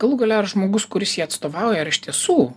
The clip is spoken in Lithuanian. galų gale ar žmogus kuris jį atstovauja ar iš tiesų